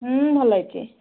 ହଁ ଭଲ ହେଇଛି